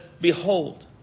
Behold